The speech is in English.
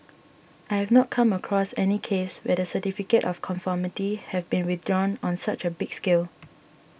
I have not come across any case where the Certificate of Conformity have been withdrawn on such a big scale